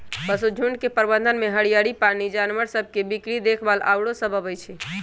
पशुझुण्ड के प्रबंधन में हरियरी, पानी, जानवर सभ के बीक्री देखभाल आउरो सभ अबइ छै